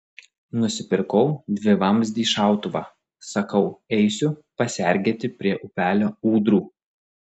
nusipirkau dvivamzdį šautuvą sakau eisiu pasergėti prie upelio ūdrų